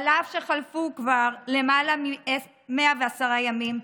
אף שחלפו כבר למעלה מ-110 ימים?